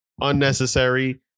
unnecessary